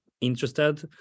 interested